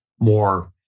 more